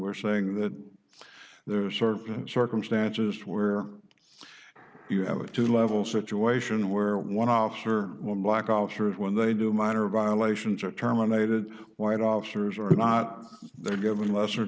we're saying that there are certain circumstances where you have a two level situation where one officer will black officers when they do minor violations or terminated white officers or not they're given a lesser